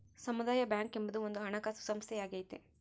ಸಮುದಾಯ ಬ್ಯಾಂಕ್ ಎಂಬುದು ಒಂದು ಹಣಕಾಸು ಸಂಸ್ಥೆಯಾಗೈತೆ